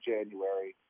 January